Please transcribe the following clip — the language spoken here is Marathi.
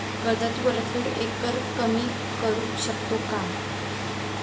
कर्जाची परतफेड एकरकमी करू शकतो का?